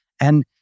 And-